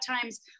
times